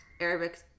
Arabic